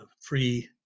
free